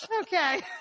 Okay